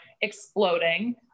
exploding